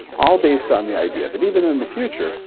all based on the idea that, even in the future,